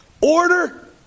Order